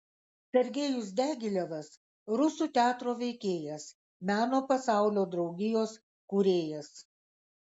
sergejus diagilevas rusų teatro veikėjas meno pasaulio draugijos kūrėjas